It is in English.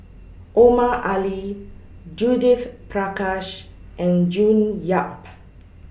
Omar Ali Judith Prakash and June Yap